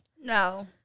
no